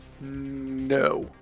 No